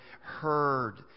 heard